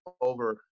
over